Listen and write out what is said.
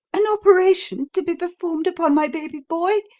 an operation to be performed upon my baby boy?